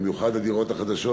במיוחד הדירות החדשות,